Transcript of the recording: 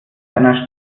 einer